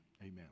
Amen